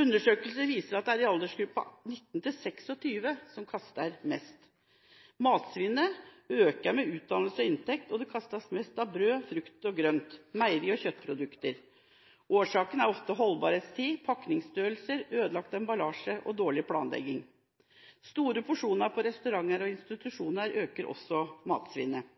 Undersøkelser viser at det er aldergruppen 19–26 år som kaster mest. Matsvinnet øker med utdannelse og inntekt, og det kastes mest av brød, frukt og grønt og meieri- og kjøttprodukter. Årsakene er ofte holdbarhetstid, pakningsstørrelse, ødelagt emballasje og dårlig planlegging. Store porsjoner på restauranter og institusjoner øker også matsvinnet.